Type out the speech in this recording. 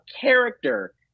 character